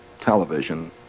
television